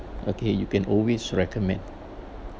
okay you can always recommend